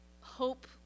hope